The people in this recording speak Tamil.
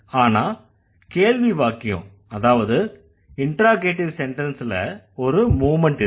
ஆனா கேள்வி வாக்கியம் அதாவது இண்ட்ராகேட்டிவ் செண்டன்ஸ்ல ஒரு மூவ்மெண்ட் இருக்கும்